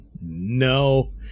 No